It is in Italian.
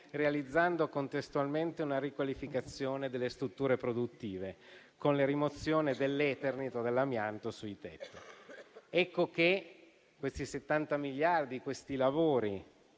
realizzando contestualmente una riqualificazione delle strutture produttive, con la rimozione dell'eternit o dell'amianto sui tetti. Questi 70 miliardi, questi lavori